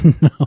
No